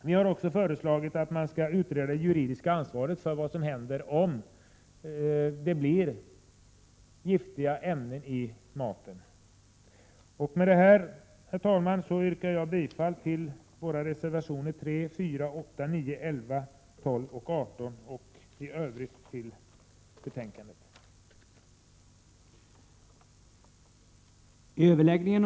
Vi har också föreslagit att det juridiska ansvaret skall utredas, så att vi vet vad som händer om det kommer giftiga ämnen i maten. Med detta yrkar jag bifall till våra reservationer 3, 4, 8, 9, 11, 12 och 18 samt i Övrigt till utskottets hemställan.